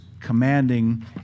commanding